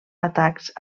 atacs